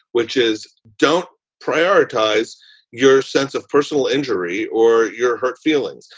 which is don't prioritize your sense of personal injury or your hurt feelings.